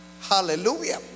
Hallelujah